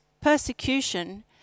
persecution